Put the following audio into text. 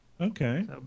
Okay